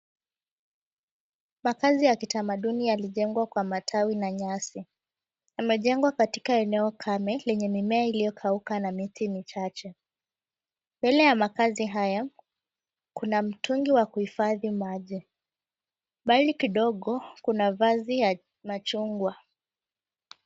Makazi ya kitamaduni yalijengwa kwa matawi na nyasi. Yamejengwa katika eneo kame yenye mimea iliyokauka na miti michache. Mbele ya makazi haya, kuna mtungi wa kuhifadhi maji. Mbali kidogo kuna vazi ya machungwa.